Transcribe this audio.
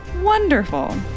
Wonderful